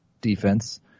defense